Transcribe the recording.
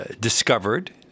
discovered